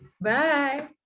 Bye